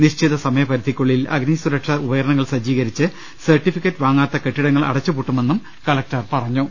നിശ്ചിത സമയ പരിധിക്കുള്ളിൽ അഗ്നിസുരക്ഷാ ഉപകരണങ്ങൾ സജ്ജീകരിച്ച് സർട്ടിഫിക്കറ്റ് വാങ്ങാത്ത കെട്ടിട ങ്ങൾ അടച്ചുപൂട്ടുമെന്നും കലക്ടർ വ്യക്തമാക്കി